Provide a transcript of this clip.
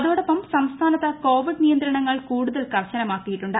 അതോടൊപ്പം സംസ്ഥാനത്ത് കോവിഡ് നിയന്ത്രണങ്ങൾ കൂടുതൽ കർശനമാക്കിയിട്ടുണ്ട്